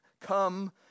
Come